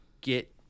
get